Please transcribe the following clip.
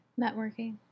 networking